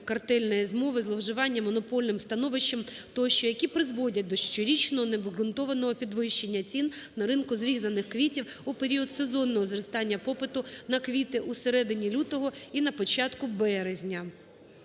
картельної змови, зловживання монопольним становищем тощо, які призводятьдо щорічного необґрунтованого підвищення цін на ринку зрізаних квітів у період сезонного зростання попиту на квіти у середині лютого і на початку березня.